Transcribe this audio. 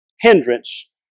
hindrance